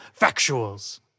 factuals